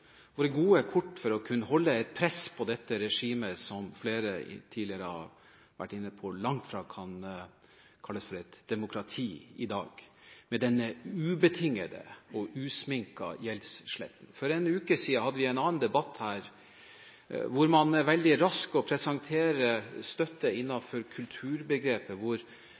dette regimet som, slik flere tidligere har vært inne på, langt fra kan kalles et demokrati i dag? For en uke siden hadde vi en annen debatt her om at man er veldig rask til å presentere støtte